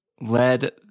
led